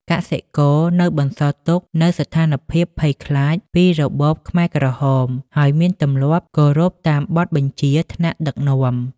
កសិករនៅបន្សល់ទុកនូវស្ថានភាពភ័យខ្លាចពីរបបខ្មែរក្រហម ហើយមានទម្លាប់គោរពតាមបទបញ្ជាថ្នាក់ដឹកនាំ។។